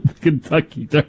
Kentucky